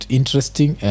interesting